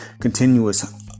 continuous